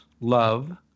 love